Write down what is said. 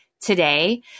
today